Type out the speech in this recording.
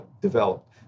developed